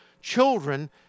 children